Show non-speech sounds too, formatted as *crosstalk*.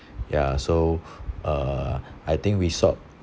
*breath* ya so *breath* uh I think we sort